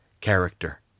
character